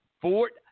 Fort